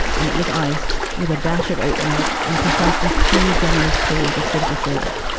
and it was iced with a dash of ah milk and precisely two generous pools of simple syrup.